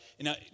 Now